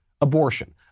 abortion